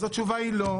אז התשובה היא לא,